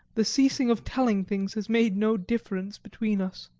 the ceasing of telling things has made no difference between us.